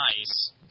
Nice